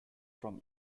from